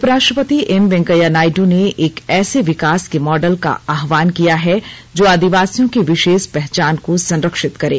उपराष्ट्रपति एम वेंकैया नायडू ने एक ऐसे विकास के मॉडल का आह्वान किया है जो आदिवासियों की विशेष पहचान को संरक्षित करे